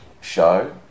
show